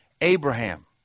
Abraham